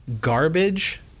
garbage